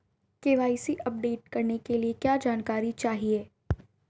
KYC update करने के लिए क्या जानकारी चाहिए?